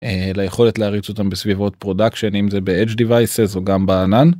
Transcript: ליכולת להריץ אותם בסביבות פרודקשיין, אם זה באדג' דיוויסס וגם בענן.